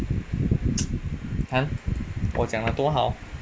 看我讲了多好